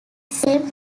same